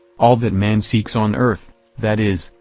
all that man seeks on earth that is,